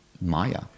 Maya